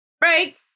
Break